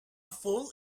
fool